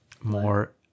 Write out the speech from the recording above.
more